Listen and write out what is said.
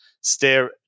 stare